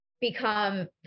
become